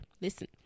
Listen